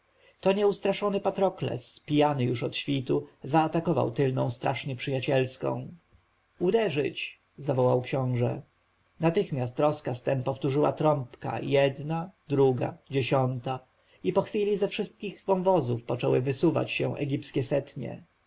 to nieustraszony patrokles pijany już od świtu zaatakował tylną straż nieprzyjacielską uderzyć zawołał książę natychmiast rozkaz ten powtórzyła trąbka jedna druga dziesiąta i po chwili ze wszystkich wąwozów poczęły wysuwać się egipskie setnie